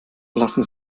lassen